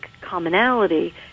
commonality